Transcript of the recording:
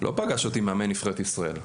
לא פגש אותי מאמן נבחרת ישראל.